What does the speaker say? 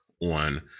on